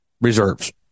reserves